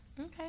Okay